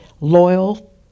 loyal